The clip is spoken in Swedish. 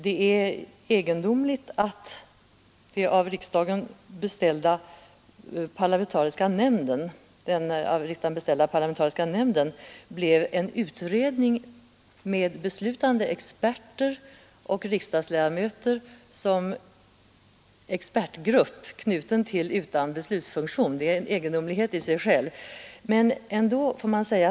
Det är egendomligt att den av riksdagen beställda parlamentariska nämnden blev en utredning med beslutande experter och med riksdagsledamöter såsom en expertgrupp utan beslutsfunktion. Det är en egendomlighet i sig själv.